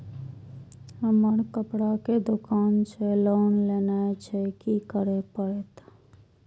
हमर कपड़ा के दुकान छे लोन लेनाय छै की करे परतै?